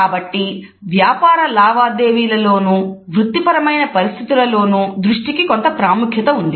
కాబట్టి వ్యాపార లావాదేవీలోనూ వృత్తిపరమైన పరిస్థితులలోనూ దృష్టికి కొంత ప్రాముఖ్యత ఉన్నది